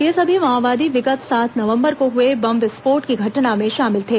ये सभी माओवादी विगत सात नवंबर को हुए बम विस्फोट की घटना में शामिल थे